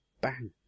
bang